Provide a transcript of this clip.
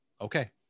Okay